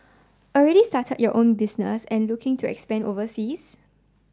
already started your own business and looking to expand overseas